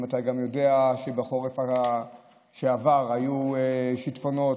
אם אתה יודע שבחורף שעבר היו שיטפונות,